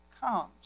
comes